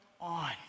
on